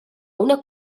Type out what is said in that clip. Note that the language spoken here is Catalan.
una